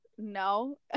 No